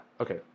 okay